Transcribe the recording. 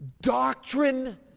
doctrine